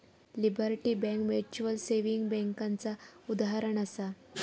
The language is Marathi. लिबर्टी बैंक म्यूचुअल सेविंग बैंकेचा उदाहरणं आसा